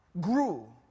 grew